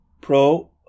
pro